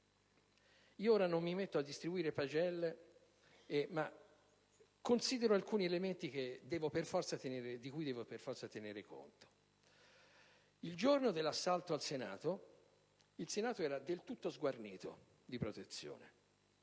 Non mi metto ora a distribuire pagelle, ma considero alcuni elementi, di cui devo per forza tener conto. Il giorno dell'assalto al Senato, i suoi Palazzi erano del tutto sguarniti di protezione.